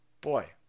boy